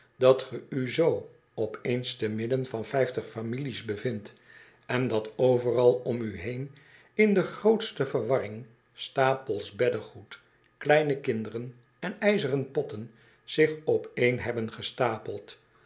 dat ge u zoo op eens te midden van vijftig families bevindt en dat overal om u heen in de grootste verwarring stapels beddegoed kleine kinderen en yzeren potten zich opeen hebben gestapeld